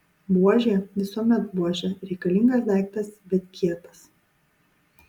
buožė visuomet buožė reikalingas daiktas bet kietas